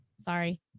sorry